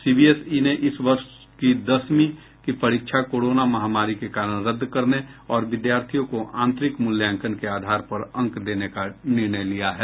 CBSE ने इस वर्ष की दसवीं की परीक्षा कोरोना महामारी के कारण रद्द करने और विद्यार्थियों को आंतरिक मूल्यांकन के आधार पर अंक देने का निर्णय लिया है